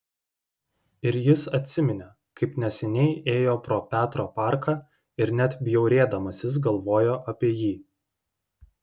ir jis atsiminė kaip neseniai ėjo pro petro parką ir net bjaurėdamasis galvojo apie jį